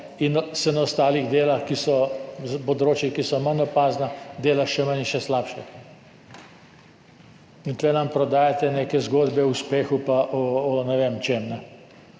– se na ostalih področjih, ki so manj opazna, dela še manj in še slabše. In tu nam prodajate neke zgodbe o uspehu pa o ne vem čem.